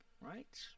right